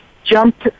Jumped